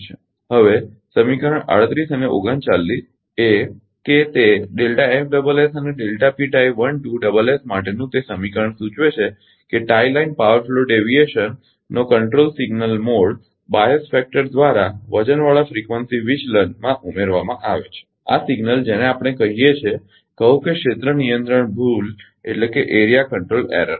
હવે સમીકરણ 38 and અને 39 એ કે તે અને માટેનું તે સમીકરણ સૂચવે છે કે ટાઈ લાઇન પાવર ફ્લો ડિએવીશનનો control single mode bias factor દ્વારા વજનવાળા ફ્રીકવંસી વિચલનમાં ઉમેરવામાં આવે છે અને આ સંકેતસિગ્નલ જેને આપણે જાણીએ છીએ કહો કે ક્ષેત્ર નિયંત્રણ ભૂલ એરિઆ કંટ્રોલ એરર